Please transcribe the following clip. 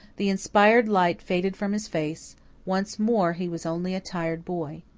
the inspired light faded from his face once more he was only a tired boy.